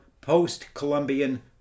post-Columbian